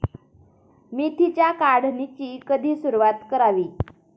मेथीच्या काढणीची कधी सुरूवात करावी?